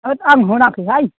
होथ आं होनाखै हाइ